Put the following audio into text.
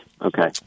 okay